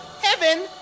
Heaven